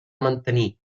mantenir